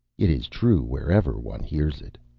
it is true wherever one hears it.